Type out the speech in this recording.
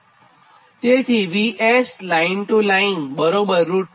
તેથી VS √3∗120